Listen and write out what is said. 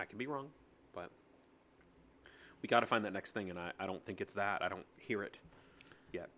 i could be wrong but we've got to find the next thing and i don't think it's that i don't hear it ye